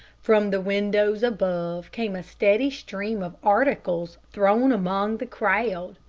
from the windows above came a steady stream of articles, thrown among the crowd.